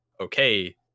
okay